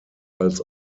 als